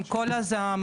עם כל הזעם,